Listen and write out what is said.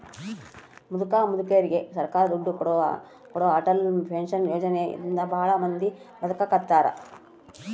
ಮುದುಕ ಮುದುಕೆರಿಗೆ ಸರ್ಕಾರ ದುಡ್ಡು ಕೊಡೋ ಅಟಲ್ ಪೆನ್ಶನ್ ಯೋಜನೆ ಇಂದ ಭಾಳ ಮಂದಿ ಬದುಕಾಕತ್ತಾರ